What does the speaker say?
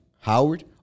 Howard